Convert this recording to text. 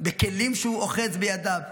כלים שהוא אוחז בידיו?